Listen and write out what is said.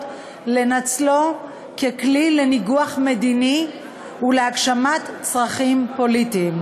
לנצלו ככלי לניגוח מדיני ולהגשמת צרכים פוליטיים.